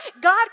God